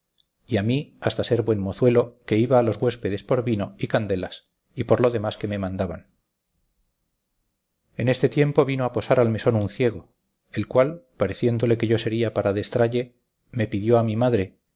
y a mí hasta ser buen mozuelo que iba a los huéspedes por vino y candelas y por lo demás que me mandaban en este tiempo vino a posar al mesón un ciego el cual pareciéndole que yo sería para adestralle me pidió a mi madre